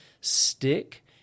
stick